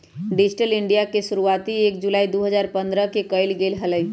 digital India के शुरुआती एक जुलाई दु हजार पन्द्रह के कइल गैले हलय